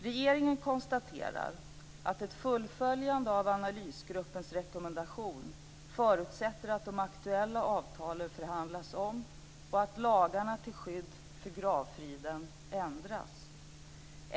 Regeringen konstaterar att ett fullföljande av analysgruppens rekommendation förutsätter att de aktuella avtalen förhandlas om och att lagarna till skydd för gravfriden ändras.